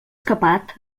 capat